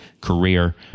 career